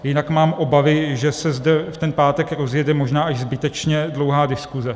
Jinak mám obavy, že se zde v ten pátek rozjede možná až zbytečně dlouhá diskuse.